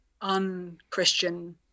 un-Christian